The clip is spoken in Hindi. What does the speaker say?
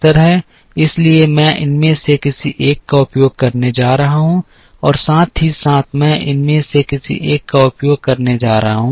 इसलिए मैं इनमें से किसी एक का उपयोग करने जा रहा हूं और साथ ही साथ मैं इनमें से किसी एक का उपयोग करने जा रहा हूं